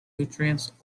nutrients